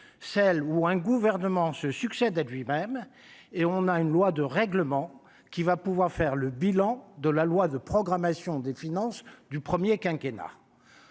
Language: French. celle où un gouvernement se succède à lui-même et on a une loi de règlement qui va pouvoir faire le bilan de la loi de programmation des finances du premier quinquennat.